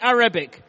Arabic